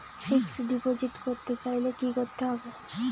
Fixed deposit করতে চাইলে কি করতে হবে?